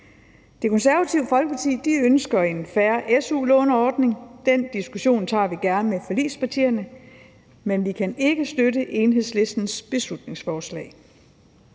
Det Konservative Folkeparti ønsker en fair su-låneordning, og den diskussion tager vi gerne med forligspartierne, men vi kan ikke støtte Enhedslistens beslutningsforslag.